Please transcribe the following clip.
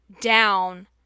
down